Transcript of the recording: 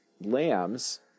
lambs